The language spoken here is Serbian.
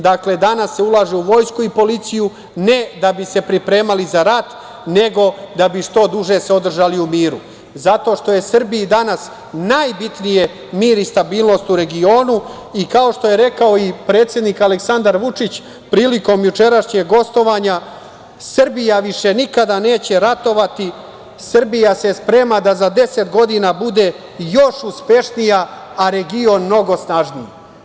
Dakle, danas se ulaže u vojsku i policiju ne da bi se pripremali za rat, nego da bi se što duže održali u miru, zato što je Srbija danas najbitniji mir i stabilnost u regionu i kao što je rekao i predsednik Aleksandar Vučić, prilikom gostovanja – Srbija više nikad neće ratovati, Srbija se sprema da za 10 godina bude još uspešnija, a region mnogo snažniji.